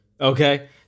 Okay